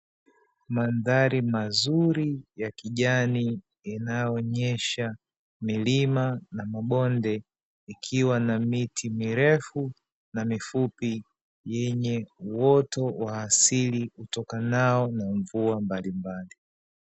Mandhari mazuri ya kijani inayoonyesha milima na mabonde ikiwa na miti mirefu na mifupi, yenye uoto wa asili utokanao na mvua mbalimbali.